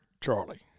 Charlie